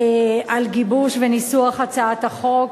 על גיבוש וניסוח הצעת החוק,